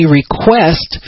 request